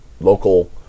local